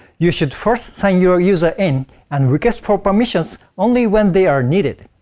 you should first sign your user in and request for permissions only when they are needed.